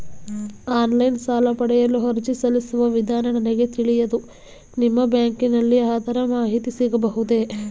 Online ಸಾಲ ಪಡೆಯಲು ಅರ್ಜಿ ಸಲ್ಲಿಸುವ ವಿಧಾನ ನನಗೆ ತಿಳಿಯದು ನಿಮ್ಮ ಬ್ಯಾಂಕಿನಲ್ಲಿ ಅದರ ಮಾಹಿತಿ ಸಿಗಬಹುದೇ?